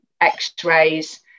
x-rays